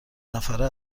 نفره